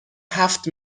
هفت